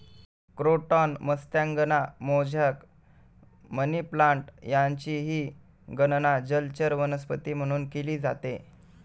croton मत्स्यांगना, mosaic, money plant यांचीही गणना जलचर वनस्पती म्हणून केली जाते